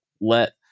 let